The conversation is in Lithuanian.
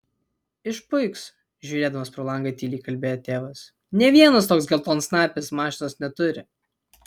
išpuiks žiūrėdamas pro langą tyliai kalbėjo tėvas nė vienas toks geltonsnapis mašinos neturi